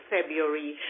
February